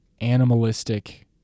animalistic